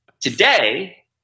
Today